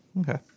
Okay